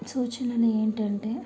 సూచనలు ఏంటంటే